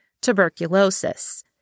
tuberculosis